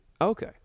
Okay